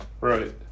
Right